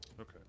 Okay